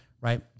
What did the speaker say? right